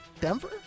Denver